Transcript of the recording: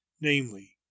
namely